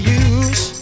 use